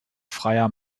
freier